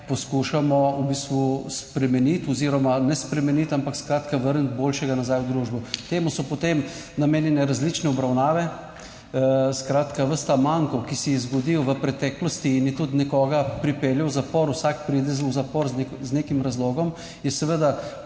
poskušamo v bistvu spremeniti oziroma ne spremeniti, ampak skratka vrniti boljšega nazaj v družbo. Temu so potem namenjene različne obravnave, skratka, ves ta manko, ki se je zgodil v preteklosti in je tudi nekoga pripeljal v zapor, vsak pride v zapor z nekim razlogom, je seveda